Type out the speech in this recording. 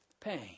pain